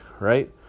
right